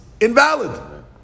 invalid